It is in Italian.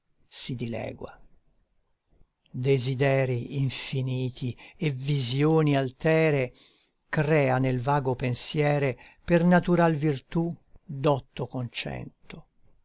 si dilegua desiderii infiniti e visioni altere crea nel vago pensiere per natural virtù dotto concento